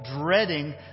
dreading